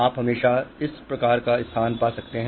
आप हमेशा इस प्रकार का स्थान पा सकते हैं